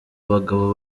abagabo